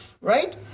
right